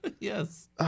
Yes